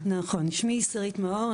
שמי שרית מאור,